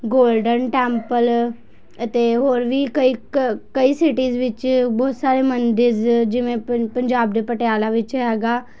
golden temple ਅਤੇ ਹੋਰ ਵੀ ਕਈ ਕਈ ਸਿਟੀਜ਼ ਵਿੱਚ ਬਹੁਤ ਸਾਰੇ ਮੰਦਰਜ਼ ਜਿਵੇਂ ਪੰ ਪੰਜਾਬ ਦੇ ਪਟਿਆਲਾ ਵਿੱਚ ਹੈਗਾ